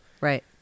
Right